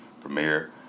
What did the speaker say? Premiere